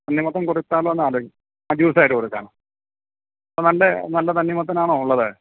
തണ്ണിമത്തൻ കൊടുത്താലോന്ന് ആലോചിക്കാൻ അ ജ്യൂസായിട്ട് കൊടുക്കാൻ അ നല്ല നല്ല തണ്ണിമത്തനാണോ ഉള്ളത്